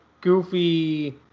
goofy